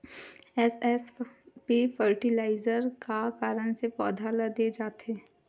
SSP fertiliser का कारण से पौधा ल दे जाथे?